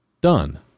done